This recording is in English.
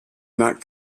not